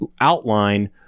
outline